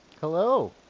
Hello